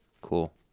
cool